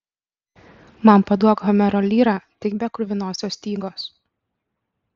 man paduok homero lyrą tik be kruvinosios stygos